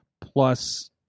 plus